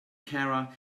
cara